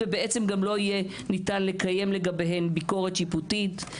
ובעצם גם לא יהיה ניתן לקיים לגביהן ביקורת שיפוטית,